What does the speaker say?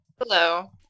Hello